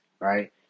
right